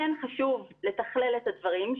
כן חשוב לתכלל את הדברים,